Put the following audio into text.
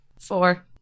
four